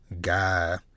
guy